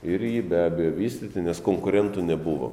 ir jį be abejo vystyti nes konkurentų nebuvo